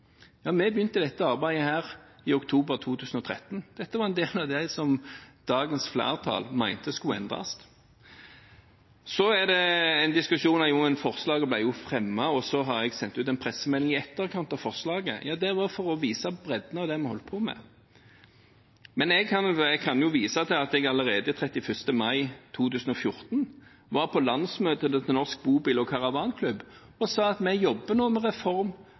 Ja, vi begynte dette arbeidet her i oktober 2013. Dette var en del av det som dagens flertall mente skulle endres. Så er det en diskusjon om at forslaget jo ble fremmet, og så har jeg sendt ut en pressemelding i etterkant av forslaget. Ja, det var for å vise bredden av det vi holder på med. Men jeg kan jo vise til at jeg allerede 31. mai 2014 var på landsmøtet til Norsk Bobil og Caravan Club og sa at vi nå jobber med reform